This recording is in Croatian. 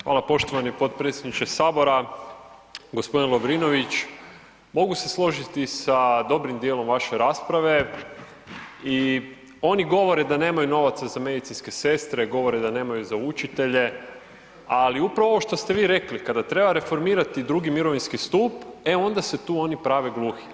Hvala poštovani potpredsjedniče sabora, gospodin Lovrinović mogu se složiti sa dobrim dijelom vaše rasprave i oni govore da nemaju novaca za medicinske sestre, govore da nemaju za učitelje, ali upravo ovo što ste vi rekli, kada treba reformirati drugi mirovinski stup, e onda se tu oni prave gluhi.